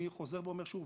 אני חוזר ואומר שוב